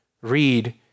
read